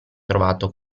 trovato